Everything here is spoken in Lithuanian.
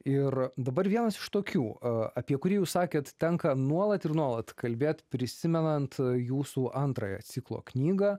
ir dabar vienas iš tokių apie kurį jūs sakėt tenka nuolat ir nuolat kalbėt prisimenant jūsų antrąją ciklo knygą